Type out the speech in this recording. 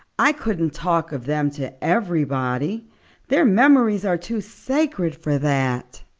i couldn't talk of them to everybody their memories are too sacred for that.